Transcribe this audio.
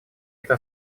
это